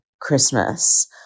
Christmas